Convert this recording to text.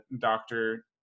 Doctor